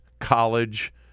college